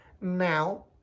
Now